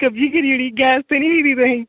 कब्जी करी ओड़ी गैस ते निं होई दी तुसें ई